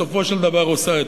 המוזיקה בסופו של דבר עושה,